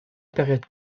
période